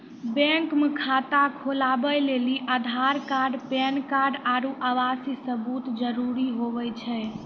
bank मे खाता खोलबै लेली आधार कार्ड पैन कार्ड आरू आवासीय सबूत जरुरी हुवै छै